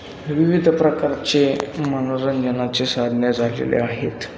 विविध प्रकारचे मनोरंजनाचे साधने झालेले आहेत